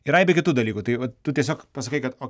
ir aibė kitų dalykų tai vat tu tiesiog pasakai kad o